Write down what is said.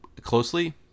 closely